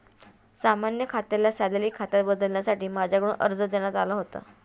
सामान्य खात्याला सॅलरी खात्यात बदलण्यासाठी माझ्याकडून अर्ज देण्यात आला होता